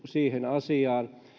siihen asiaan